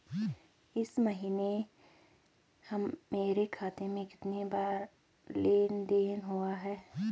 इस महीने मेरे खाते में कितनी बार लेन लेन देन हुआ है?